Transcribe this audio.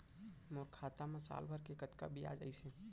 मोर खाता मा साल भर के कतका बियाज अइसे?